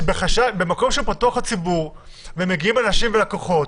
שבמקום שפתוח לציבור ומגיעים אנשים ולקוחות